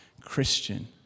Christian